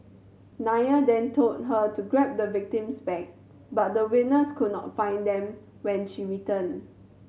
Nair then told her to grab the victim's bag but the witness could not find them when she returned